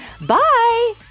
Bye